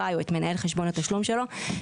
או את מנהל חשבון התשלום שלו.